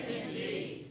indeed